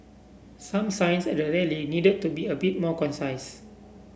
some signs at the rally needed to be a bit more concise